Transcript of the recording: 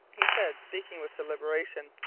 he said speaking with deliberation,